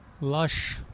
lush